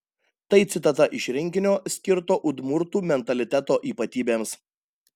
tai citata iš rinkinio skirto udmurtų mentaliteto ypatybėms